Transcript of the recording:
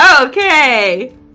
Okay